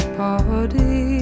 party